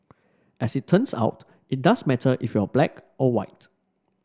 as it turns out it does matter if you're black or white